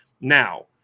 now